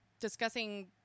Discussing